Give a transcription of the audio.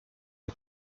une